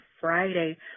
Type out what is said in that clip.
Friday